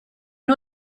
nhw